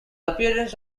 appearance